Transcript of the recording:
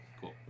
cool